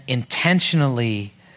intentionally